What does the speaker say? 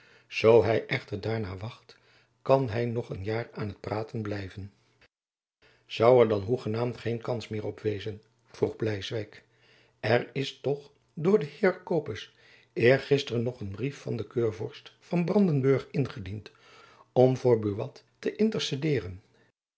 zoo hy echter daarnaar wacht kan hy nog een jaar aan t praten blijven zoû er dan hoegenaamd geen kans meer op wezen vroeg bleiswijck er is toch door den heer copes eergisteren nog een brief van den keurvorst van brandenburg ingediend om voor buat te intercedeeren